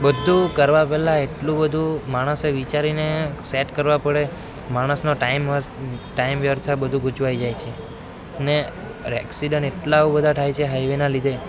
બધું કરવા પહેલાં એટલું બધું માણસે વિચારીને સેટ કરવા પડે માણસનો ટાઈમ ટાઈમ વ્યર્થ થાય બધુ ગૂંચવાઇ જાય છે ને એક્સિડેંટ એટલા બધાં થાય છે હાઇવેના લીધે